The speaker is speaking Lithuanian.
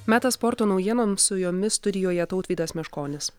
metas sporto naujienoms su jomis studijoje tautvydas meškonis